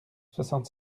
soixante